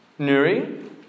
Nuri